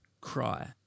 cry